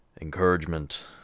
encouragement